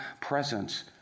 presence